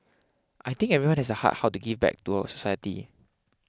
I think everyone has the heart how to give back to society